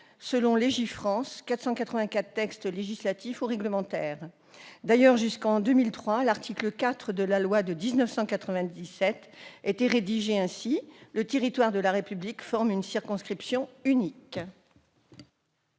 selon Légifrance, 484 textes législatifs ou réglementaires. D'ailleurs, jusqu'en 2003, l'article 4 de la loi de 1977 était rédigé ainsi :« Le territoire de la République forme une circonscription unique.